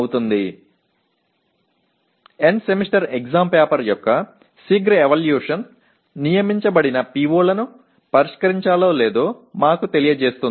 இறுதி செமஸ்டர் தேர்வுத் தாளின் விரைவான மதிப்பீடு நியமிக்கப்பட்ட PO க்கள் உரையாற்றப்படுகிறதா இல்லையா என்பதை நமக்குத் தெரிவிக்கும்